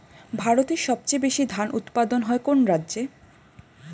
ভারতের সবচেয়ে বেশী ধান উৎপাদন হয় কোন রাজ্যে?